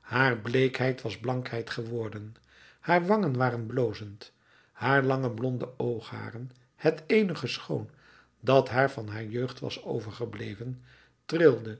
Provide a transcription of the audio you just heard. haar bleekheid was blankheid geworden haar wangen waren blozend haar lange blonde oogharen het eenige schoon dat haar van haar jeugd was overgebleven trilden